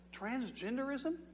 Transgenderism